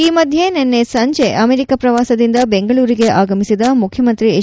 ಈ ಮಧ್ಯೆ ನಿನ್ನೆ ಸಂಜೆ ಅಮೆರಿಕ ಪ್ರವಾಸದಿಂದ ಬೆಂಗಳೂರಿಗೆ ಆಗಮಿಸಿದ ಮುಖ್ಯಮಂತ್ರಿ ಎಚ್